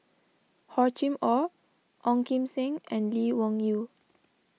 Hor Chim or Ong Kim Seng and Lee Wung Yew